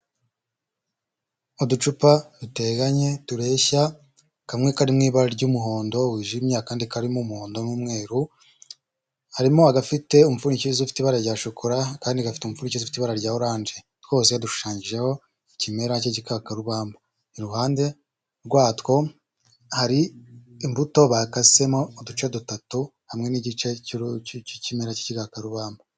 Uducupa duteganye tureshya kamwe karirimo ibara ry'umuhondo wijimye kandi karimo umuhondo n'umweru harimo agafite imupfundikizo ufite ibara rya shokora, akandi gafite umupfukizo uri mu ibara rya orange twose yadushushanyijeho ikimera cy'igikakarubamba iruhande rwatwo hari imbuto bakasemo uduce dutatu hamwe n'igice cy'ikimera k'igikakarubamba.